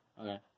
Okay